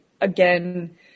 again